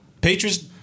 Patriots